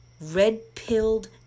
red-pilled